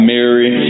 Mary